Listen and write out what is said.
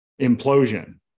implosion